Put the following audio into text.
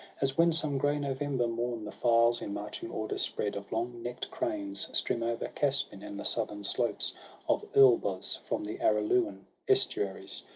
as when, some grey november morn, the files, in marching order spread, of long-neck'd cranes stream over casbin, and the southern slopes of elburz, from the aralian estuaries,